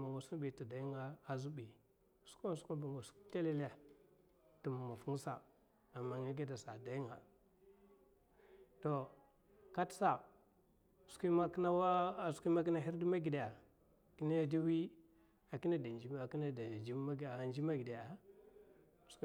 maffa bi sata azèay, skwa me skwa me ba nga sun telele te dayi maffa to kat sa skwi man kine waya kine de awi kine da leu skwiya auda giɓe.